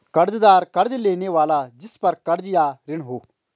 कर्ज़दार कर्ज़ लेने वाला जिसपर कर्ज़ या ऋण हो